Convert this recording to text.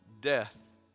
death